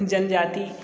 जनजाति